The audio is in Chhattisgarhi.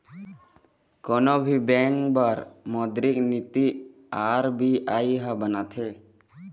कोनो भी बेंक बर मोद्रिक नीति आर.बी.आई ह बनाथे